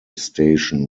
station